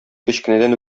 кечкенәдән